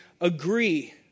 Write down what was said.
agree